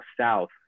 South